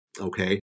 okay